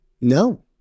no